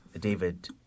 David